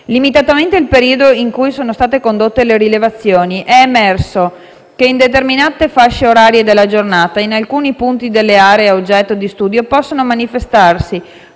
Limitatamente al periodo in cui sono state condotte le rilevazioni, è emerso che, in determinate fasce orarie della giornata, in alcuni punti delle aree oggetto di studio possono manifestarsi